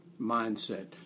mindset